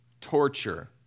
Torture